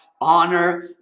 honor